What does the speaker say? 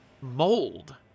mold